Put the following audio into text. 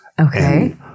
Okay